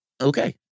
Okay